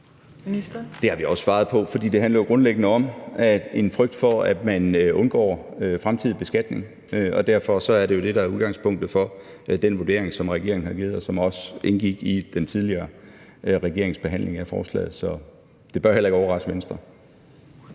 Det har vi også svaret på, og det handler grundlæggende om en frygt for, at man undgår fremtidig beskatning, og derfor er det jo det, der er udgangspunktet for den vurdering, som regeringen har givet, og som også indgik i den tidligere regerings behandling af forslaget. Så det bør heller ikke overraske Venstre.